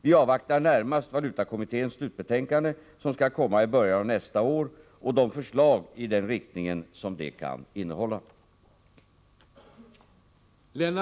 Vi avvaktar närmast valutakommitténs slutbetänkande, som skall komma i början av nästa år, och de förslag i denna riktning som det kan innehålla.